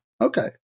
Okay